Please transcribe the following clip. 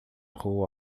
rua